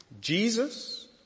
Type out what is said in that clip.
Jesus